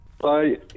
Bye